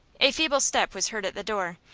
a feeble step was heard at the door,